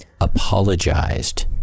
apologized